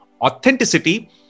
authenticity